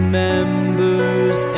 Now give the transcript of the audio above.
members